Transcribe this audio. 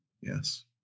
yes